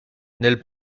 nel